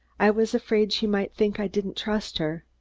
i was afraid she might think i didn't trust her.